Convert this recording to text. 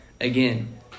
again